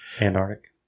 Antarctic